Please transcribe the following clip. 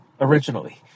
originally